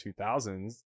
2000s